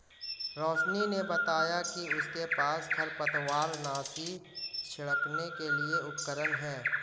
रोशिनी ने बताया कि उसके पास खरपतवारनाशी छिड़कने के लिए उपकरण है